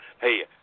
Hey